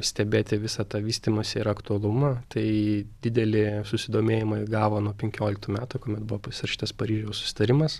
stebėti visą tą vystymąsi ir aktualumą tai didelį susidomėjimą įgavo nuo penkioliktų metų kuomet buvo pasirašytas paryžiaus susitarimas